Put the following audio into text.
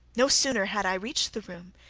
no sooner had i reached the room,